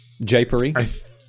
Japery